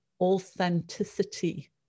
authenticity